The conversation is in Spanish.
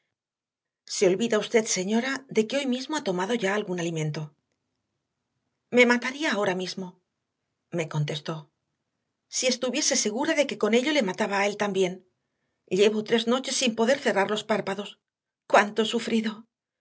se olvida usted señora de que hoy mismo ha tomado ya algún alimento me mataría ahora mismo me contestó si estuviese segura de que con ello le mataba a él también llevo tres noches sin poder cerrar los párpados cuánto he sufrido